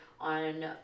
on